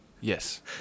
Yes